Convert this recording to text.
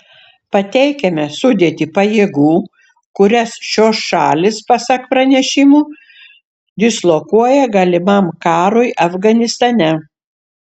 pateikiame sudėtį pajėgų kurias šios šalys pasak pranešimų dislokuoja galimam karui afganistane